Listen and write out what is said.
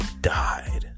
died